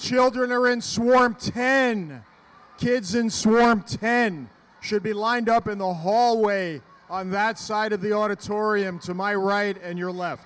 children are in swarm ten kids inside ten should be lined up in the hallway on that side of the auditorium to my right and your left